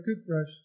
toothbrush